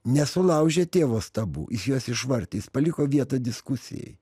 nesulaužė tėvo stabų jis juos išvartė jis paliko vietą diskusijai